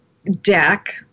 Deck